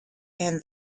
and